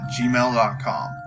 gmail.com